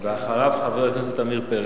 אחריו, חבר הכנסת עמיר פרץ.